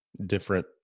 different